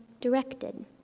directed